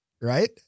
right